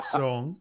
song